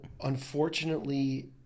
unfortunately